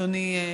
אדוני היושב-ראש,